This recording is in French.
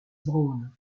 brown